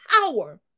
power